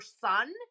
son